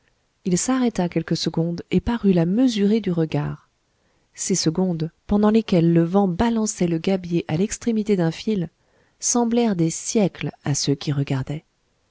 il s'arrêta quelques secondes et parut la mesurer du regard ces secondes pendant lesquelles le vent balançait le gabier à l'extrémité d'un fil semblèrent des siècles à ceux qui regardaient